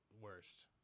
worst